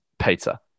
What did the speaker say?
Pizza